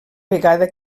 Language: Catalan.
vegada